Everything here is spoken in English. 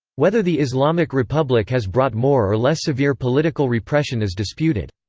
whether the islamic republic has brought more or less severe political repression is disputed.